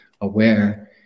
aware